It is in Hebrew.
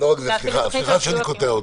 סליחה שאני קוטע אותך.